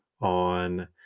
on